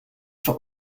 for